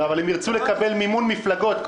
אבל הם ירצו לקבל מימון מפלגות,